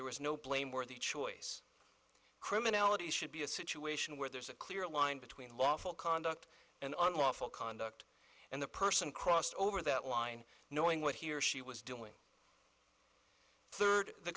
there is no blame where the choice criminality should be a situation where there's a clear line between lawful conduct and unlawful conduct and the person crossed over that line knowing what he or she was doing third the